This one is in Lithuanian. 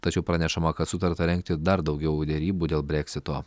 tačiau pranešama kad sutarta rengti dar daugiau derybų dėl breksito